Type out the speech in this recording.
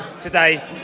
today